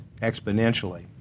exponentially